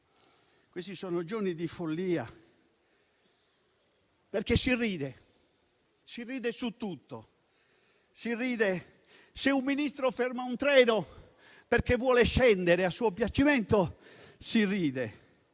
questi sono giorni di follia perché si ride su tutto. Si ride se un Ministro ferma un treno perché vuole scendere a suo piacimento; si ride